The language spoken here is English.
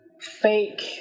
fake